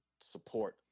support